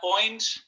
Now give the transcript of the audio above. point